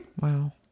Wow